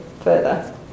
further